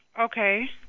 Okay